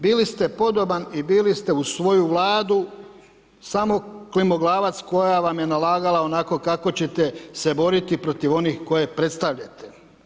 Bili ste podoban i bili ste uz svoju Vladu samo klimoglavac, koja vam je nalagala onako kako ćete se boriti protiv onih koji predstavljate.